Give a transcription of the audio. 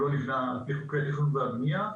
הוא לא נבנה לפי חוקי התכנון והבנייה,